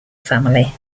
family